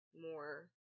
more